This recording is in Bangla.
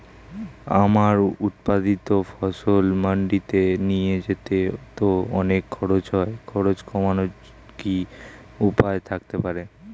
আমার উৎপাদিত ফসল মান্ডিতে নিয়ে যেতে তো অনেক খরচ হয় খরচ কমানোর কি উপায় থাকতে পারে?